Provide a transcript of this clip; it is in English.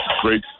great